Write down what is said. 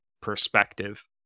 perspective